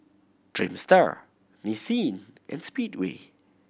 Dreamster Nissin and Speedway